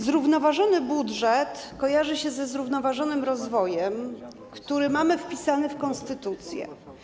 Zrównoważony budżet kojarzy się ze zrównoważonym rozwojem, który mamy wpisany w konstytucję.